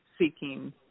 seeking